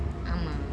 ஆமா:ama